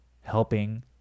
helping